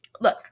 Look